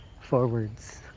forwards